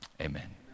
Amen